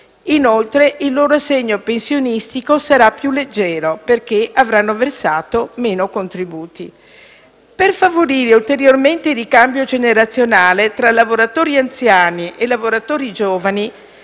Inoltre, il loro assegno pensionistico sarà più leggero, perché avranno versato meno contributi. Per favorire ulteriormente il ricambio generazionale tra lavoratori anziani e lavoratori giovani,